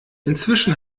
inzwischen